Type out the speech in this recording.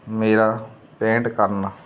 ਮੇਰਾ ਪੇਂਟ ਕਰਨ